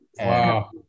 Wow